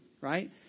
right